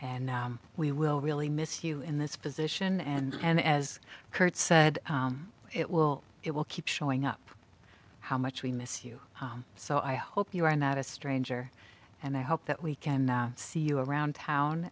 and we will really miss you in this position and as kurt said it will it will keep showing up how much we miss you so i hope you are not a stranger and i hope that we can see you around town